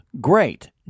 great